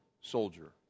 soldier